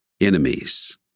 enemies